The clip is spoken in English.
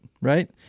Right